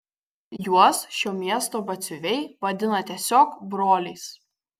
juos šio miesto batsiuviai vadina tiesiog broliais